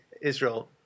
Israel